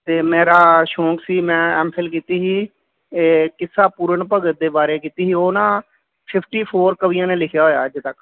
ਅਤੇ ਮੇਰਾ ਸ਼ੌਂਕ ਸੀ ਮੈਂ ਐਮਫਿਲ ਕੀਤੀ ਸੀ ਕਿੱਸਾ ਪੂਰਨ ਭਗਤ ਦੇ ਬਾਰੇ ਕੀਤੀ ਸੀ ਉਹ ਨਾ ਫਿਫਟੀ ਫ਼ੋਰ ਕਵੀਆਂ ਨੇ ਲਿਖਿਆ ਹੋਇਆ ਅੱਜ ਤੱਕ